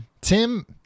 Tim